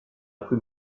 plus